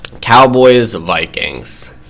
Cowboys-Vikings